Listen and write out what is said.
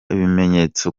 ibimenyetso